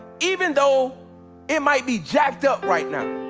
even though it might be jacked up right now,